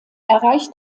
erreicht